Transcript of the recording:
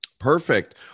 Perfect